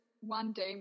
one-day